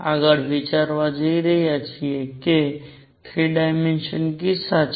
આગળ વિચારવા જઈ રહ્યાં છીએ તે 3 ડાયમેન્શનલ કિસ્સામાં છે